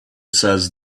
says